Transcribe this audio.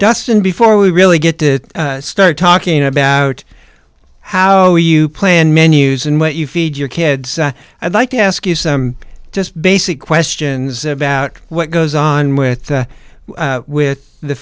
dustin before we really get to start talking about how you plan menus and what you feed your kids i'd like to ask you some just basic questions about what goes on with the with the